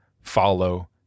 follow